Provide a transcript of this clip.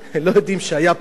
הם לא יודעים שהיה פעם.